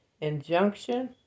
injunction